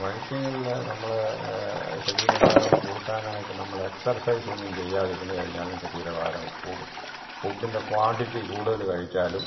വൈദ്യങ്ങളിൽ നമ്മൾ ശരീരഭാരം കൂട്ടാനായിട്ട് നമ്മൾ എക്സർസൈസൊന്നും ചെയ്യാതിരുന്നു കഴിഞ്ഞാലും ശരീരഭാരം കൂടും ഫുഡ്ഡിൻ്റെ ക്വാണ്ടിറ്റി കൂടുതൽ കഴിച്ചാലും